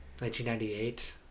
1998